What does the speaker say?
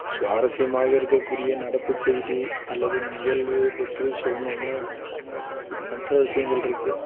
சுவாரஸ்யமாக இருக்கக்கூடிய நடப்பு செய்தி அல்லது நிகழ்வு பற்றி சொல்லணுன்னா எண்ணற்ற விஷயங்கள்ருக்கு